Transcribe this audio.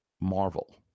Marvel